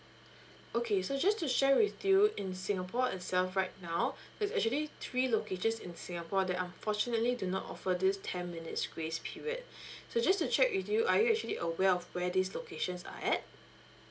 okay so just to share with you in singapore itself right now there's actually three locations in singapore that unfortunately do not offer this ten minutes grace period so just to check with you are you actually aware of where these locations are at